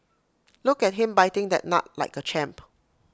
look at him biting that nut like A champ